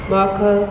Marco